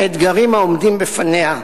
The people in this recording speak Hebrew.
האתגרים העומדים בפניה.